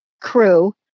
crew